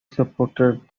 supported